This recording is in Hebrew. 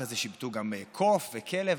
אחרי זה שיבטו גם קוף וכלב,